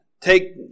take